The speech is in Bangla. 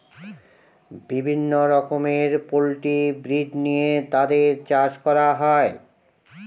বিভিন্ন রকমের পোল্ট্রি ব্রিড নিয়ে তাদের চাষ করা হয়